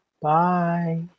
bye